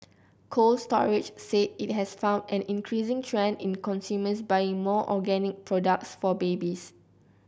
Cold Storage said it has found an increasing trend in consumers buying more organic products for babies